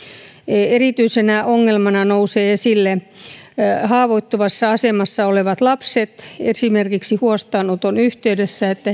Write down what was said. erityisenä ongelmana nousevat esille haavoittuvassa asemassa olevat lapset esimerkiksi huostaanoton yhteydessä se että